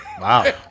Wow